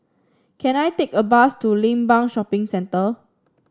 can I take a bus to Limbang Shopping Centre